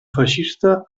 feixista